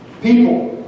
people